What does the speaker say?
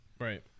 Right